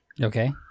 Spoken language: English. Okay